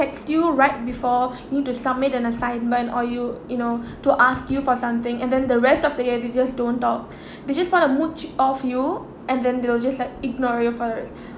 text right before you need to submit an assignment or you you know to ask you for something and then the rest of the class don't talk they just want a mooch off you and then they will just like ignore your for it